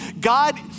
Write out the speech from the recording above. God